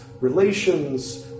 relations